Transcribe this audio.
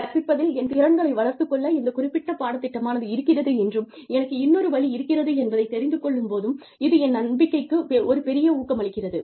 கற்பிப்பதில் என் திறன்களை வளர்த்துக் கொள்ள இந்த குறிப்பிட்ட பாடத்திட்டமானது இருக்கிறது என்றும் எனக்கு இன்னொரு வழி இருக்கிறது என்பதைத் தெரிந்து கொள்ளும் போதும் இது என் நம்பிக்கைக்கு ஒரு பெரிய ஊக்கமளிக்கிறது